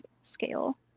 scale